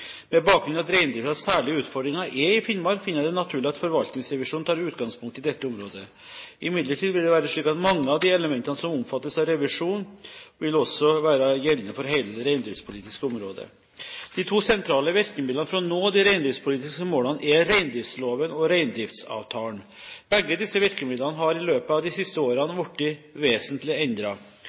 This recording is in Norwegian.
Med bakgrunn i at reindriftens særlige utfordringer er i Finnmark, finner jeg det naturlig at forvaltningsrevisjonen tar utgangspunkt i dette området. Imidlertid vil det være slik at mange av de elementene som omfattes av revisjonen, også vil være gjeldende for hele det reindriftspolitiske området. De to sentrale virkemidlene for å nå de reindriftspolitiske målene er reindriftsloven og reindriftsavtalen. Begge disse virkemidlene har i løpet av de siste årene blitt vesentlig